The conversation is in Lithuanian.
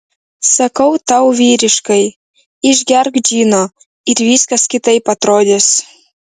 sakau tau vyriškai išgerk džino ir viskas kitaip atrodys